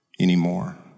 anymore